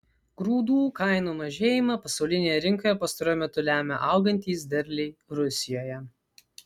grūdų kainų mažėjimą pasaulinėje rinkoje pastaruoju metu lemia augantys derliai rusijoje